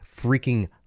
freaking